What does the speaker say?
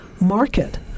market